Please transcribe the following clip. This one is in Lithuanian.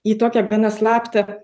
į tokią gana slaptą